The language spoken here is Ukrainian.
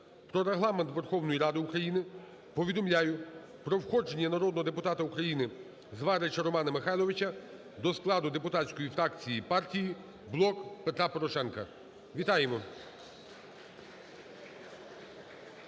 "Про Регламент Верховної Ради України" повідомляю про входження народного депутата України Зварича Романа Михайловича до складу депутатської фракції і партії "Блок Петра Порошенка". Вітаємо.